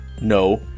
No